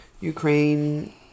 ukraine